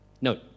Note